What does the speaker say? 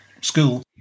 school